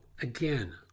again